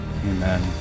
amen